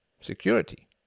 security